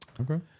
Okay